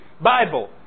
Bible